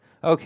Okay